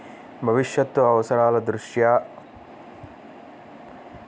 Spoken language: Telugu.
భవిష్యత్తు అవసరాల దృష్ట్యా దాచుకునే ఉద్దేశ్యం ఉన్న వారికి ఇన్వెస్ట్ ఫండ్లు మంచివి